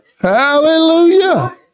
Hallelujah